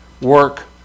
work